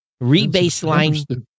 Re-baseline